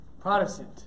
Protestant